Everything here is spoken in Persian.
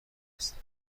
هستند